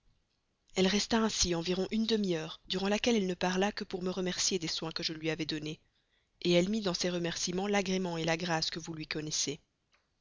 elle resta ainsi environ une demi-heure durant laquelle elle ne parla que pour me remercier des soins que je lui avais donnés elle mit dans ses remerciements l'agrément la grâce que vous lui connaissez